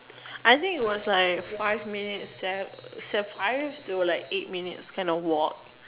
I think it was like five minutes sev~ it's a five to like eight minutes kind of walk